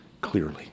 clearly